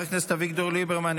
חבר הכנסת אביגדור ליברמן,